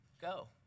go